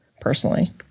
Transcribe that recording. personally